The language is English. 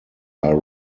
are